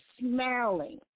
smiling